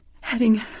Heading